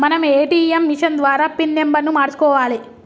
మనం ATM machine ద్వారా pin నెంబర్ను మార్చుకోవాలే